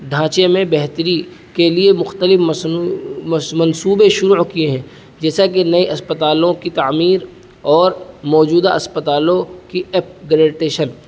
ڈھانچے میں بہتری کے لیے مختلف مصنو منصوبے شروع کیے ہیں جیسا کہ نئے اسپتالوں کی تعمیر اور موجودہ اسپتالوں کی اپ گریٹیشن